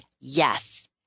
yes